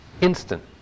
instant